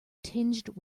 tinged